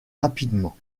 rapidement